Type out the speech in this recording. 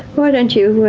why don't you